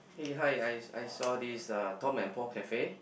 hey hi I I saw this uh Tom and Paul cafe